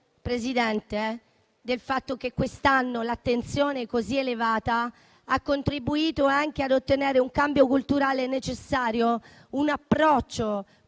felice del fatto che quest'anno l'attenzione così elevata abbia contribuito anche ad ottenere un cambio culturale necessario, un approccio